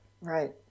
Right